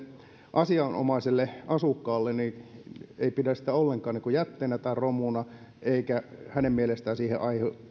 asianomaiselle asukkaalle sellainen ettei hän pidä sitä ollenkaan jätteenä tai romuna eikä hänen mielestään siitä